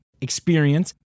Experience